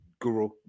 guru